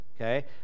okay